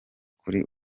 kuri